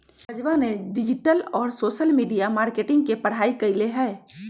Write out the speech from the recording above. राजवा ने डिजिटल और सोशल मीडिया मार्केटिंग के पढ़ाई कईले है